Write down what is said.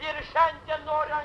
ir šiandien noriu